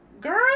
girl